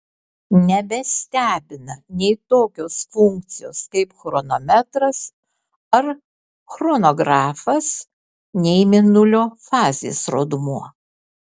nebestebina nei tokios funkcijos kaip chronometras ar chronografas nei mėnulio fazės rodmuo